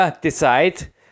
decide